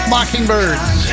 Mockingbirds